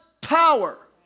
power